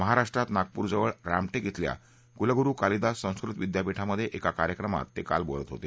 महाराष्ट्रात नागपूरजवळ रामांक्रि धिल्या कुलगुरु कालिदास संस्कृत विद्यापीठामध्ये एका कार्यक्रमात ते काल बोलत होते